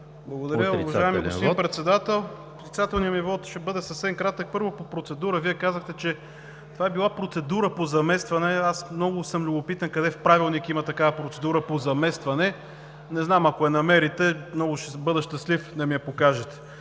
Благодаря Ви, уважаеми господин Председател. Отрицателният ми вот ще бъде съвсем кратък. Първо – по процедура. Вие казахте, че това била процедура по заместване – аз съм много любопитен къде в Правилника има такава процедура по заместване. Не знам – ако я намерите, ще бъда много щастлив да ми я покажете.